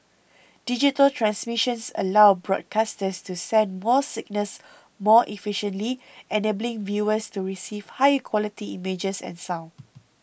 digital transmissions allow broadcasters to send more signals more efficiently enabling viewers to receive higher quality images and sound